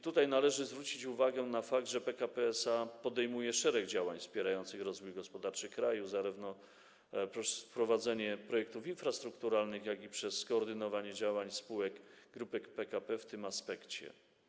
Tutaj należy zwrócić uwagę na fakt, że PKP SA podejmuje szereg działań wspierających rozwój gospodarczy kraju zarówno przez prowadzenie projektów infrastrukturalnych, jak i przez skoordynowanie działań spółek Grupy PKP w tym aspekcie.